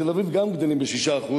בתל-אביב גם גדלים ב-6%,